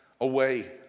away